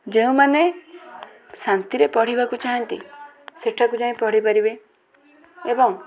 ଯେଉଁମାନେ ଶାନ୍ତିରେ ପଢ଼ିବାକୁ ଚାହାଁନ୍ତି ସେଠାକୁ ଯାଇ ପଢ଼ିପାରିବେ ଏବଂ